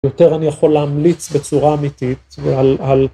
יותר אני יכול להמליץ בצורה אמיתית ועל